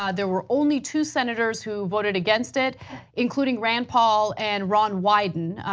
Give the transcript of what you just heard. ah there were only two senators who voted against it including rand paul and ron wyden.